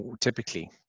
typically